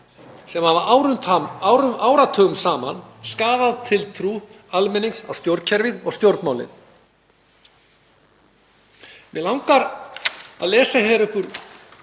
sem hafa áratugum saman skaðað tiltrú almennings á stjórnkerfið og stjórnmálin. Mig langar að lesa hér upp úr